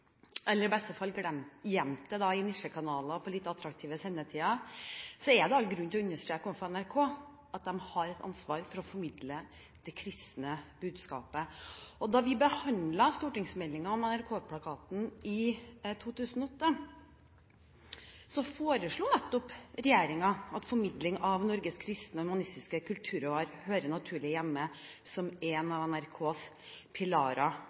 eller i beste fall gjemt det i nisjekanaler på lite attraktive sendetider, er det all grunn til å understreke overfor NRK at de har et ansvar for å formidle det kristne budskapet. Da vi behandlet stortingsmeldingen om NRK-plakaten i 2008, foreslo nettopp regjeringen at formidling av Norges kristne og humanistiske kulturarv hører naturlig hjemme som en av NRKs pilarer